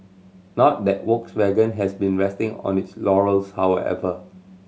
not that Volkswagen has been resting on its laurels however